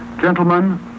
gentlemen